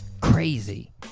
crazy